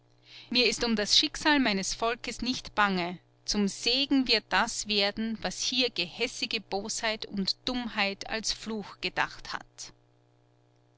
mir ist um das schicksal meines volkes nicht bange zum segen wird das werden was hier gehässige bosheit und dummheit als fluch gedacht hat